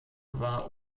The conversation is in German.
war